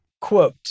Quote